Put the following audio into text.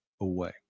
away